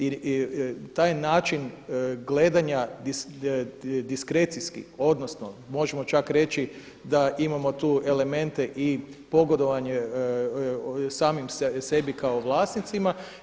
I taj način gledanja diskrecijski, odnosno možemo čak reći da imamo tu elemente i pogodovanje samim sebi kao vlasnicima.